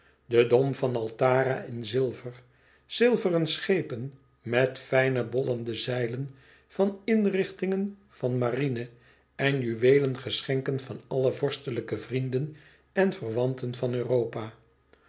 de dom van altara in zilver zilveren schepen met fijne bollende zeilen van inrichtingen van marine en juweelen geschenken van alle vorstelijke vrienden en verwanten van